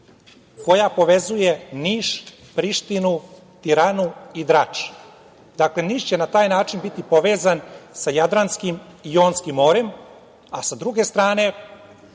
koja povezuje Niš, Prištinu, Tiranu i Drač. Dakle, Niš će na taj način biti povezan sa Jadranskim i Jonskim morem, a sa druge strane